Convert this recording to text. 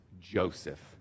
Joseph